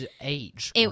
age